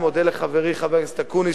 מודה לחברי חבר הכנסת אקוניס,